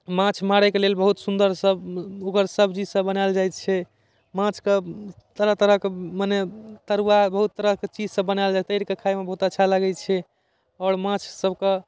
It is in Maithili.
माँछ मारैके लेल बहुत सुन्दर सब ओकर सब्जी सब बनायल जाइ छै माँछके तरह तरहके मने तरुआ बहुत तरहके चीज सब बनायल जाइ छै तैर कऽ खाइमे बहुत अच्छा लागै छै आओर माँछ सबके